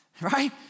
right